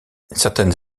certaines